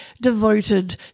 devoted